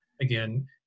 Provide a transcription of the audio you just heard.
again